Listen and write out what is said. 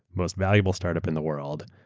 most valuable startup in the world,